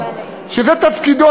שזה תפקידו,